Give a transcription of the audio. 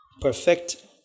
Perfect